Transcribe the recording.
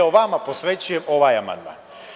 Vama posvećujem ovaj amandman.